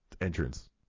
entrance